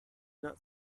not